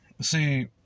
See